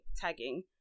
tagging